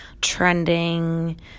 trending